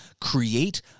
create